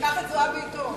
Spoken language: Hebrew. שייקח את זועבי אתו.